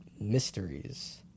mysteries